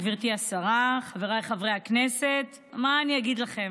גברתי השרה, חבריי חברי הכנסת, מה אני אגיד לכם,